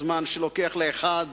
הזמן שלוקח לאחד